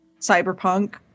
Cyberpunk